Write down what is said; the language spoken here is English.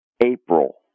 April